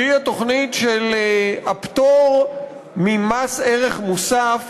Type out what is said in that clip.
שהיא התוכנית של הפטור ממס ערך מוסף